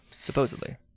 supposedly